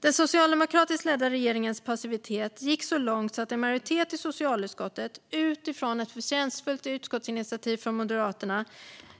Den socialdemokratiskt ledda regeringens passivitet gick så långt att en majoritet i socialutskottet utifrån ett förtjänstfullt utskottsinitiativ från Moderaterna